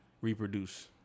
reproduce